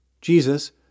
Jesus